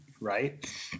right